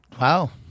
Wow